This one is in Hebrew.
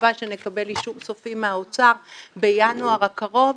בתקווה שנקבל אישור סופי מהאוצר בינואר הקרוב,